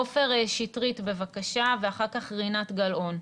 עופר שטרית, בבקשה, ואחר כך רינת גלאון.